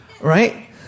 right